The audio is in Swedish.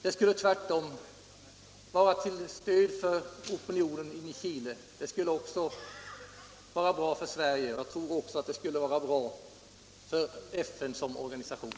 Det skulle tvärtom vara till stöd för opinionen i Chile och bra för Sverige. Jag tror också att det skulle vara bra för FN som organisation.